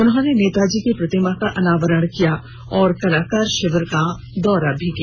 उन्होंने नेताजी की प्रतिमा का अनावरण किया और कलाकार शिविर का दौरा भी किया